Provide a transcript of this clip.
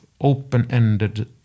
open-ended